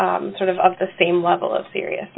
at sort of of the same level of serious